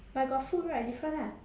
but got food right different lah